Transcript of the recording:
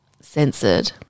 censored